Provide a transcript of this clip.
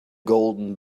golden